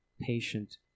patient